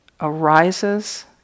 arises